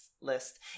list